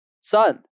son